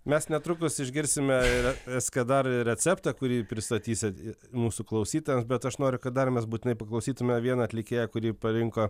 mes netrukus išgirsime ir eskadar ir receptą kurį pristatysit mūsų klausytojam bet aš noriu kad dar mes būtinai paklausytume vieną atlikėją kurį parinko